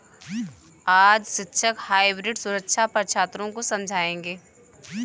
आज शिक्षक हाइब्रिड सुरक्षा पर छात्रों को समझाएँगे